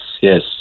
yes